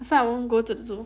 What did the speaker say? so I won't go to the zoo